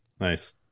Nice